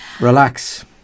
Relax